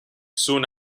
soon